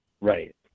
Right